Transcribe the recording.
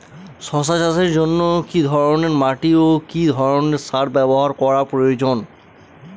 শশা চাষের জন্য কি ধরণের মাটি ও কি ধরণের সার ব্যাবহার করা প্রয়োজন?